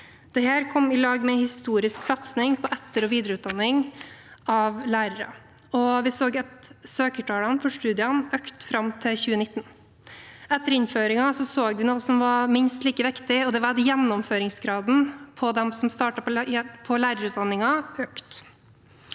Dette kom i lag med en historisk satsing på etter- og videreutdanning av lærere. Vi så at søkertallene for studiene økte fram til 2019. Etter innføringen så vi noe som var minst like viktig, og det var at gjennomføringsgraden hos dem som starter på lærerutdanningen, økte.